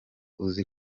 uzi